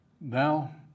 now